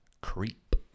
Creep